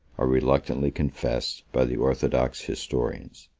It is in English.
are reluctantly confessed by the orthodox historians.